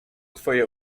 twoje